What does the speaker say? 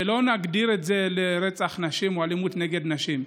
שלא נגדיר את זה כרצח נשים או אלימות נגד נשים,